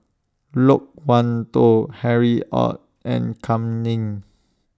Loke Wan Tho Harry ORD and Kam Ning